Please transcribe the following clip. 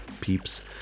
peeps